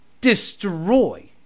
destroy